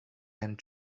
and